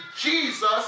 Jesus